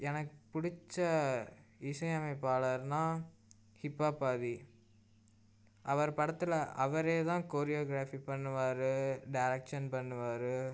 எனக்கு பிடிச்ச இசை அமைப்பாளர்னா ஹிப்பாப் ஆதி அவர் படத்தில் அவரே தான் கோரியோகிராஃபி பண்ணுவாரு டெரெக்ஷன் பண்ணுவாரு